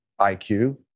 IQ